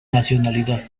nacionalidad